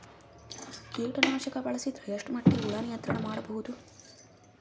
ಕೀಟನಾಶಕ ಬಳಸಿದರ ಎಷ್ಟ ಮಟ್ಟಿಗೆ ಹುಳ ನಿಯಂತ್ರಣ ಮಾಡಬಹುದು?